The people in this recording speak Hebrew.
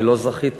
אני לא זכיתי,